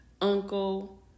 uncle